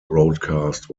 broadcast